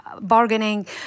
bargaining